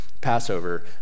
Passover